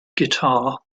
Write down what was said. guitar